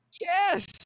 Yes